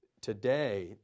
today